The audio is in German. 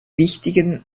wichtigen